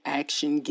action